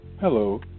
Hello